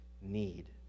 need